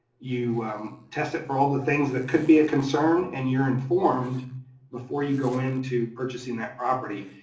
you um test it for all the things that could be a concern, and you're informed before you go into purchasing that property.